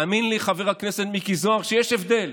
והאמן לי, חבר הכנסת מיקי זוהר, שיש הבדל.